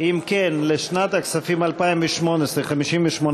מים, לשנת הכספים 2018, נתקבל.